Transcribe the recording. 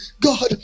God